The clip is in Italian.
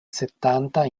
settanta